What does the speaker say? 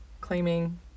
claiming